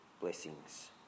blessings